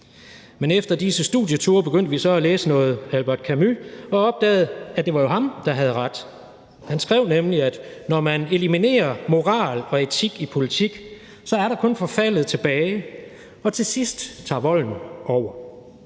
Men efter disse studieture begyndte vi så at læse noget Albert Camus og opdagede, at det jo var ham, der havde ret. Han skrev nemlig, at der, når man eliminerer moral og etik i politik, så kun er forfaldet tilbage, og til sidst tager volden over,